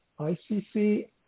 ICC